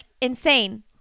insane